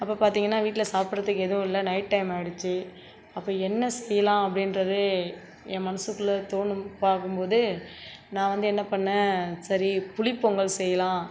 அப்போ பார்த்திங்கன்னா வீட்டில் சாப்பிடுறதுக்கு எதுவும் இல்லை நைட் டைம் ஆகிடிச்சி அப்போ என்ன செய்யலாம் அப்படின்றது என் மனசுக்குள்ள தோணும் பார்க்கும்போது நான் வந்து என்ன பண்ணேன் சரி புளி பொங்கல் செய்யலாம்